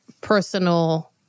personal